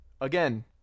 Again